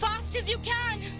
fast as you can!